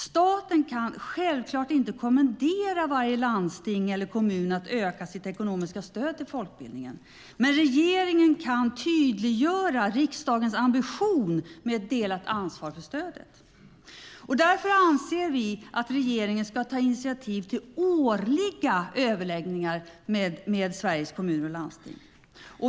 Staten kan självklart inte kommendera varje landsting eller kommun att öka sitt ekonomiska stöd till folkbildningen. Men regeringen kan tydliggöra riksdagens ambition med ett delat ansvar för stödet. Därför anser vi att regeringen ska ta initiativ till årliga överläggningar med Sveriges Kommuner och Landsting.